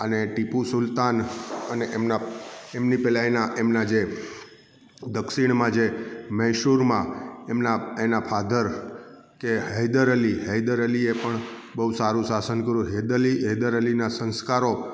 અને ટીપુ સુલતાન અને એમના એમની પહેલાં એમના જે દક્ષિણમાં જે મૈસુરમાં એમના એના ફાધર કે હૈદરઅલી કે હૈદરઅલી એ પણ બહુ સારું શાસન કર્યું હૈદઅલી હૈદરઅલીના સંસ્કારો